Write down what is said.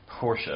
Porsche